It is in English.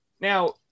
Now